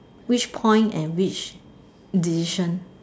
which point and which decision